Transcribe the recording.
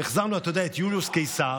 החזרנו את יוליוס קיסר,